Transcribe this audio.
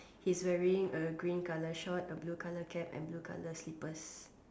his wearing a green color shorts a blue color cap and blue color slippers